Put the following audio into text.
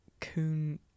coon